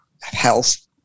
health